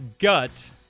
gut